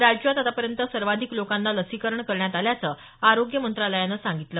राज्यात आतापर्यंत सर्वाधिक लोकांना लसीकरण करण्यात आल्याचं आरोग्य मंत्रालयानं सांगितलं